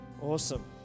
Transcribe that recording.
Awesome